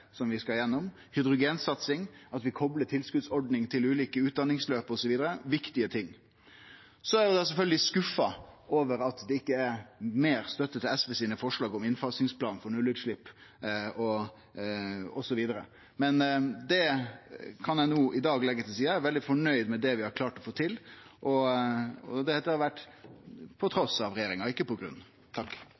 vi skal gjennom. Hydrogensatsing, og at vi koplar tilskotsordning til ulike utdanningsløp, er andre viktige ting. Så er eg sjølvsagt skuffa over at det ikkje er meir støtte til SVs forslag om innfasingsplan for nullutslepp osv., men det kan eg no i dag leggje til side. Eg er veldig fornøgd med det vi har klart å få til – og det har vore trass i regjeringa, ikkje på grunn